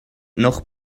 noch